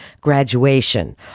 graduation